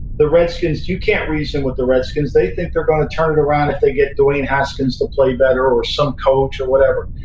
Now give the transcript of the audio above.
the redskins, you can't reason with the redskins. they think they're going to turn it around if they get duane aspens to play better, or some coach, or whatever.